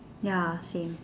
ya same